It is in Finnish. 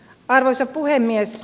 arvoisa puhemies